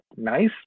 Nice